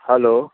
hello